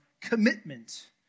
commitment